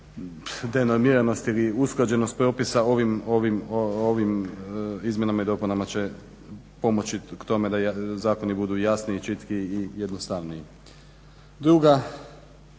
denormiranost ili usklađenost propisa ovim izmjenama i dopunama će pomoći tome da zakoni budu jasniji, čitkiji i jednostavniji. Druga